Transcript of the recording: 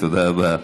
תודה רבה.